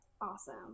Awesome